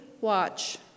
watch